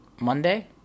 Monday